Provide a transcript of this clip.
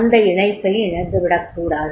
அந்த இணைப்பை இழந்துவிடக்கூடாது